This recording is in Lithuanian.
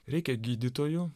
reikia gydytojų